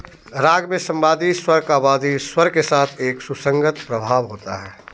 राग में संवादी स्वर का वादी स्वर के साथ एक सुसंगत प्रभाव होता है